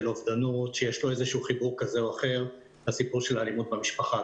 אובדנות שיש לו חיבור כזה או אחר לאלימות במשפחה.